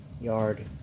yard